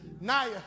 Naya